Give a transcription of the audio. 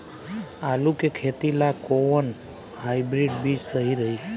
आलू के खेती ला कोवन हाइब्रिड बीज सही रही?